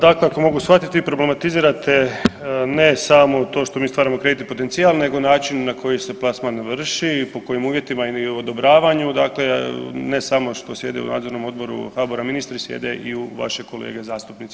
Dakako mogu shvatiti, problematizirate ne samo to što mi stvaramo kreditni potencijal, nego način na koji se plasman vrši i po kojim uvjetima i odobravanju, dakle ne samo što sjede u nadzornom odboru HBOR-a ministri, sjede i vaši kolege zastupnici.